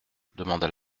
demanda